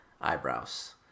eyebrows